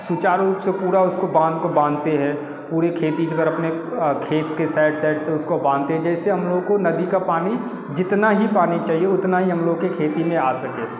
सुचारू रूप से पूरा उसको बांध को बांधते हैं पूरा खेती के तरफ़ अपने खेत के साइड साइड से उसको बांधते जैसे हम लोग को नदी का पानी जितना ही पानी चाहिए उतना ही हम लोग के खेती में आस सके